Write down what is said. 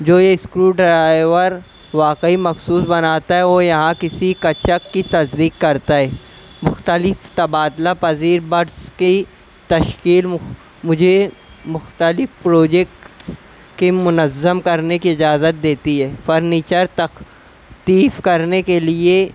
جو screwdriver واقعی مخصوص بناتا ہے وہ یہاں کسی کچک کی سرزری کرتا ہے مختلف تبادلہ پذیر بٹس کی تشکیل مجھے مختلف پروجیکٹس کے منظم کرنے کی اجازت دیتی ہے فرنیچر تختیف کرنے کے لیے